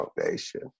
Foundation